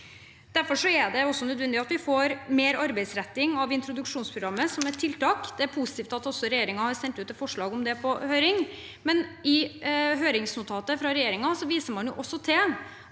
Derfor er det nødvendig at vi får mer arbeidsretting av introduksjonsprogrammet som et tiltak. Det er positivt at regjeringen har sendt ut et forslag om det på høring, men i høringsnotatet fra regjeringen viser man til